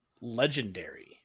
Legendary